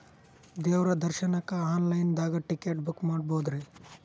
ದೇವ್ರ ದರ್ಶನಕ್ಕ online ticket ಟಿಕೆಟ ಬುಕ್ಕ ಮಾಡ್ಬೊದ್ರಿ?